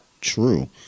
true